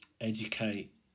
educate